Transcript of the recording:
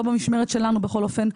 לא במשמרת שלנו בכל אופן,